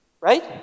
right